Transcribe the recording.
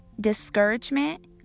discouragement